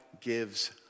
gives